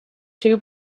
two